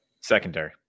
secondary